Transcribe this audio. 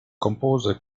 compose